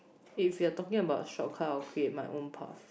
if your talking about short cut of create my own path